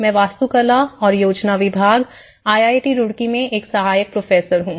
मैं वास्तुकला और योजना विभाग आई आई टी रुड़की में एक सहायक प्रोफेसर हूं